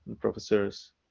professors